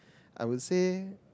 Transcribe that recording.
I would say